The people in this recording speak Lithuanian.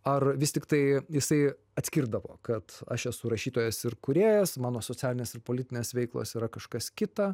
ar vis tiktai jisai atskirdavo kad aš esu rašytojas ir kūrėjas mano socialinės ir politinės veiklos yra kažkas kita